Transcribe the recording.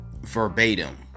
verbatim